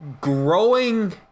growing